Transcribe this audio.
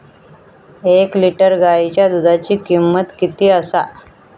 एक लिटर गायीच्या दुधाची किमंत किती आसा?